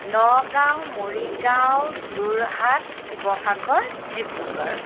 Nagaon Morigaon Jorhat Sivasagar Dibrugarh